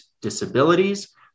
disabilities